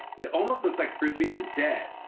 it almost looks like frisbee is dead,